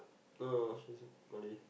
no no no she's a Malay